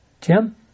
Jim